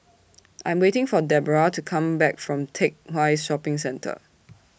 I Am waiting For Debroah to Come Back from Teck Whye Shopping Centre